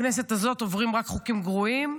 בכנסת הזאת עוברים רק חוקים גרועים,